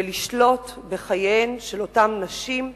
ולשלוט בחייהן של אותן נשים,